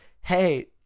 hey